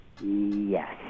yes